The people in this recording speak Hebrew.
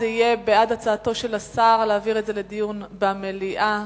בעד הצעתו של השר להעביר לדיון במליאה,